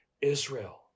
Israel